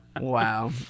Wow